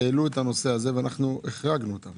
העלו את הנושא הזה ואנחנו החרגנו אותם.